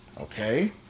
Okay